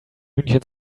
hühnchen